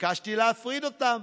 וביקשתי להפריד אותם,